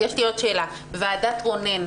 יש לי עוד שאלה: ועדת רונן,